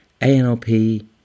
ANLP